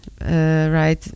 right